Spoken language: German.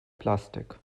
plastik